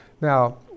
now